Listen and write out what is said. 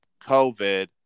COVID